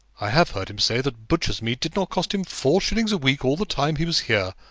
i have heard him say that butcher's meat did not cost him four shillings a week all the time he was here.